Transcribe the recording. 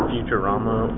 Futurama